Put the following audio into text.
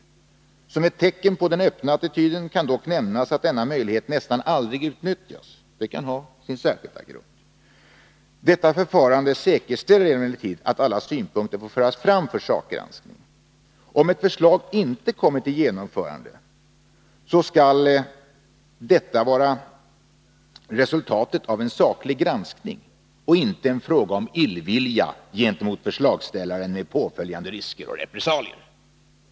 Som ett tecken på den öppna attityden kan dock nämnas att denna möjlighet nästan aldrig utnyttjas. Det kan ha sin särskilda grund. Detta förfarande säkerställer emellertid att alla synpunkter får föras fram för sakgranskning. Om ett förslag inte genomförs skall detta vara resultatet av en saklig granskning och inte en fråga om illvilja gentemot förslagsställaren med åtföljande risker för repressalier.